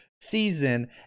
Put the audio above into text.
season